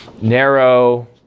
narrow